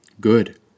Good